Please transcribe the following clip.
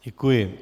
Děkuji.